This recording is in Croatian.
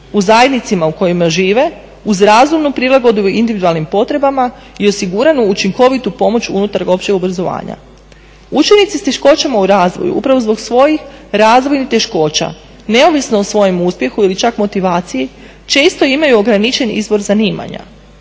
u zajednicama u kojima žive uz razumnu prilagodbu individualnim potrebama i osiguranu učinkovitu pomoć unutar općeg obrazovanja. Učenici s teškoćama u razvoju upravo zbog svojih razvojnih teškoća neovisno o svojem uspjehu ili čak motivaciji često imaju ograničen izbor zanimanja.